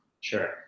Sure